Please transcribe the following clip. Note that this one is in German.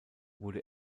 wurde